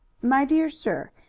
my dear sir,